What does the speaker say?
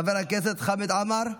חבר הכנסת חמד עמאר,